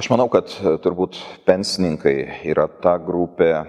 aš manau kad turbūt pensininkai yra ta grupė